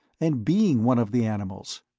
and being one of the animals.